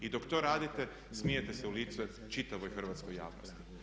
I dok to radite smijete se u lice čitavoj hrvatskoj javnosti.